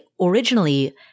originally